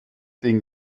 den